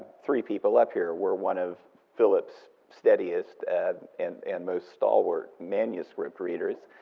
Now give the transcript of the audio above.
three people up here were one of philip's steadiest and and most stalwart manuscript readers,